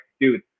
dude